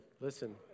listen